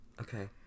okay